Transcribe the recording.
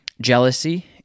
jealousy